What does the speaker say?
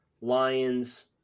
Lions